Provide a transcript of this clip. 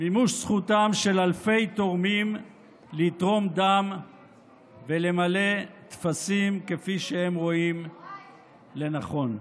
זכותם של אלפי תורמים לתרום דם ולמלא טפסים כפי שהם רואים לנכון.